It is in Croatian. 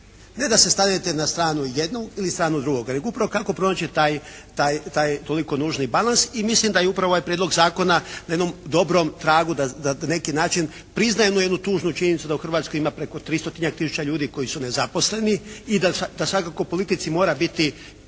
Ne da se stanete na stranu jednu ili stranu drugoga. Nego kako upravo kako pronaći taj toliko nužni balans? I mislim da je upravo ovaj prijedlog zakona na jednom dobrom tragu da na neki način prizna jednu tužnu činjenicu da u Hrvatskoj ima preko tristotinjak tisuća ljudi koji su nezaposleni. I da svakako u politici mora biti